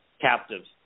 captives